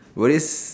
worries